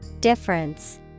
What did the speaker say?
Difference